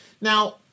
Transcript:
Now